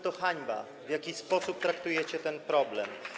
To hańba, w jaki sposób traktujecie ten problem.